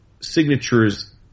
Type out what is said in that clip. signatures